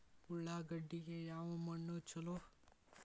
ಉಳ್ಳಾಗಡ್ಡಿಗೆ ಯಾವ ಮಣ್ಣು ಛಲೋ?